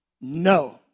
no